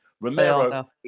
Romero